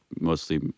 mostly